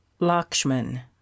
Lakshman